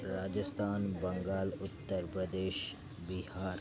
Rajasthan Bengal Uttar Pradesh Bihar